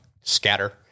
scatter